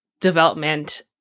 development